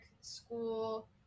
school